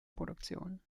produktion